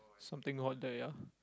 something wrong there ya